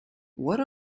what